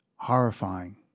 horrifying